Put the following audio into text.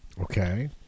Okay